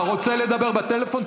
אתה רוצה לדבר בטלפון?